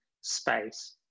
space